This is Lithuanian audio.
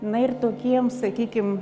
na ir tokiems sakykim